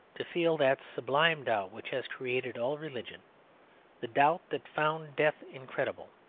to feel that sublime doubt which has created all religion the doubt that found death incredible.